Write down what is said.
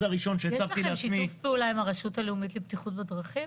יש לכם שיתוף פעולה עם הרשות הלאומית לבטיחות בדרכים?